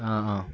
ആ ആ